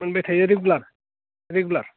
मोनबाय थायो रेगुलार